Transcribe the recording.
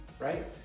Right